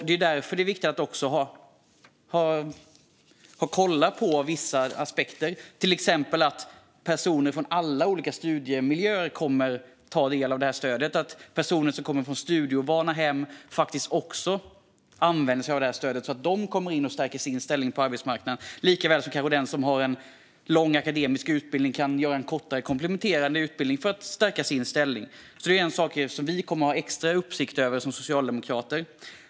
Det är därför det också är viktigt att kolla på aspekter som att personer från alla olika studiemiljöer ska kunna ta del av stödet, även personer som kommer från studieovana hem, så att de stärker sin ställning på arbetsmarknaden. Den som har en lång akademisk utbildning kanske kan gå en kortare kompletterande utbildning för att stärka sin ställning. Detta kommer vi att ha extra uppsikt över som socialdemokrater.